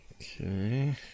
okay